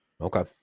okay